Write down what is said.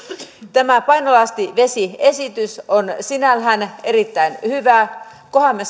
tämä painolastivesiesitys on sinällään erittäin hyvä kunhan me